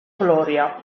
gloria